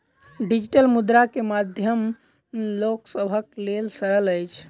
digital मुद्रा के माध्यम लोक सभक लेल सरल अछि